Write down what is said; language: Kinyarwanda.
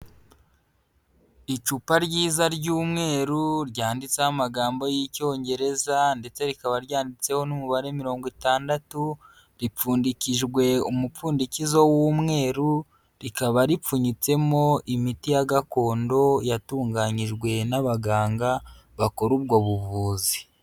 Icupa ryiza ry'umweru ryanditseho amagambo y'Icyongereza ndetse rikaba ryanditseho n'umubare mirongo itandatu, ripfundikijwe umupfundikizo w'umweru, rikaba ripfunyitsemo imiti ya gakondo yatunganyijwe n'abaganga bakora ubwo buvuzi.